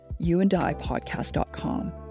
youandipodcast.com